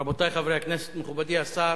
רבותי חברי הכנסת, מכובדי השר,